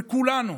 וכולנו